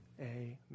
Amen